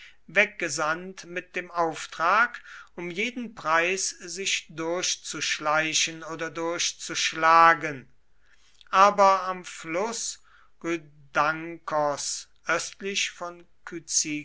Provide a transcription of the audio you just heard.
weggesandt mit dem auftrag um jeden preis sich durchzuschleichen oder durchzuschlagen aber am fluß rhyndakos östlich von